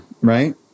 right